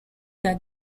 that